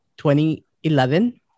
2011